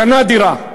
קנה דירה.